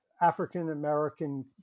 African-American